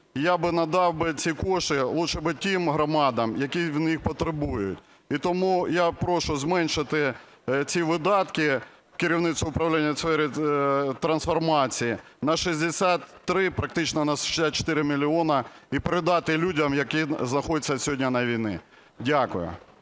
я би надав би ці кошти краще би тим громадам, які в них потребують. І тому я прошу зменшити ці видатки керівництву управління в сфері трансформації на 63, практично на 64 мільйони і передати людям, які знаходяться сьогодні на війні. Дякую.